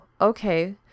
okay